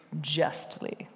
justly